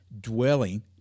dwelling